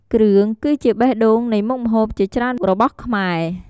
គ្រឿងគឺជាបេះដូងនៃមុខម្ហូបជាច្រើនរបស់ខ្មែរ។